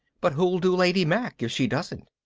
but who'll do lady mack if she doesn't?